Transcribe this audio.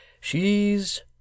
she's